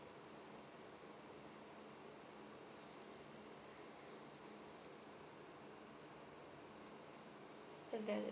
is this